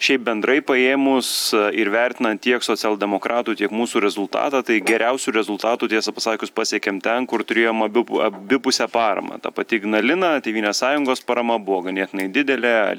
šiaip bendrai paėmus ir vertinant tiek socialdemokratų tiek mūsų rezultatą tai geriausių rezultatų tiesą pasakius pasiekėm ten kur turėjom abipu abipusę paramą ta pati ignalina tėvynės sąjungos parama buvo ganėtinai didelė